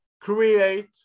create